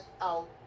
out